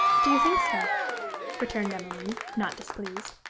do you think so returned emmeline, not displeased.